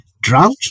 drought